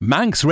Manx